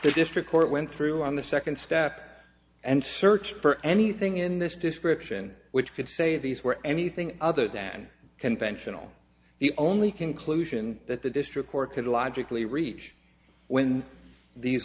the district court went through on the second step and search for anything in this description which could say these were anything other than conventional the only conclusion that the district court could logically reach when these